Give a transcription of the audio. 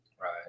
Right